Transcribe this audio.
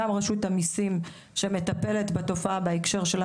גם רשות המיסים שמטפלת בתופעה בהקשר שלה